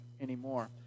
anymore